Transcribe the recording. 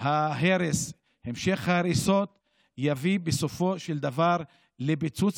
ההרס וההריסות יביא בסופו של דבר לפיצוץ,